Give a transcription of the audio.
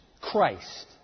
Christ